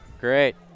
Great